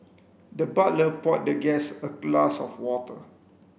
the butler poured the guest a glass of water